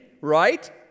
right